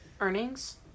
Earnings